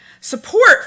Support